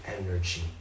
energy